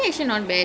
ya